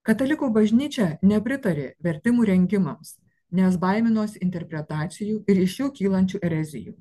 katalikų bažnyčia nepritarė vertimų rengimams nes baiminosi interpretacijų ir iš jų kylančių erezijų